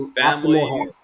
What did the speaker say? family